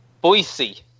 Boise